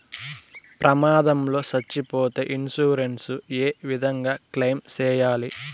ప్రమాదం లో సచ్చిపోతే ఇన్సూరెన్సు ఏ విధంగా క్లెయిమ్ సేయాలి?